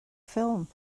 ffilm